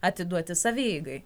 atiduoti savieigai